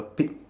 pig